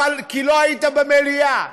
כי לא היית במליאה.